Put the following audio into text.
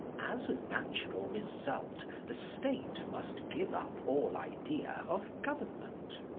as a natural result the state must give up all idea of government.